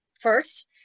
first